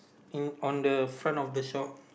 in on the front of the shop